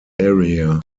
area